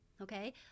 Okay